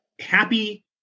happy